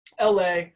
LA